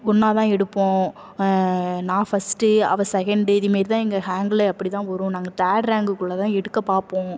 ஒன்றா தான் எடுப்போம் நான் ஃபஸ்ட் அவள் செகண்டு இதேமாதிரி தான் எங்கள் ஹேங்ல அப்படி தான் வரும் நாங்கள் தேர்ட் ரேங்குக்குள்ள தான் எடுக்க பார்ப்போம்